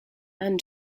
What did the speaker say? anne